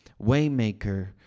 Waymaker